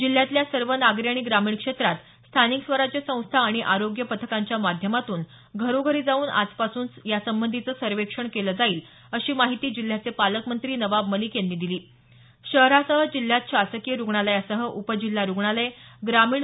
जिल्ह्यातल्या सर्व नागरी आणि ग्रामीण क्षेत्रात स्थानिक स्वराज्य संस्था आणि आरोग्य पथकांच्या माध्यमातून घरोघरी जाऊन आजपासून यासंबंधीचं सर्वेक्षण केलं जाईल अशी माहिती जिल्ह्याचे पालकमंत्री नवाब मलिक यांनी काल पत्रकार परिषदेत शहरासह जिल्ह्यात शासकीय रुग्णालयासह उपजिल्हा रुग्णालय ग्रामीण दिली